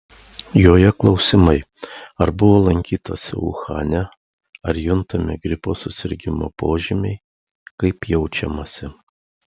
joje klausimai ar buvo lankytasi uhane ar juntami gripo susirgimo požymiai kaip jaučiamasi